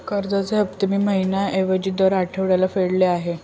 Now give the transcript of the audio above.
कर्जाचे हफ्ते मी महिन्या ऐवजी दर आठवड्याला फेडत आहे